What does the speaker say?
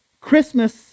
Christmas